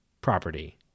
property